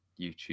YouTube